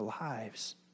lives